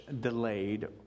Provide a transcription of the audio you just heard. delayed